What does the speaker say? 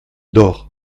dort